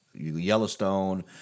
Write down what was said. Yellowstone